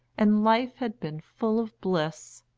and life had been full of bliss.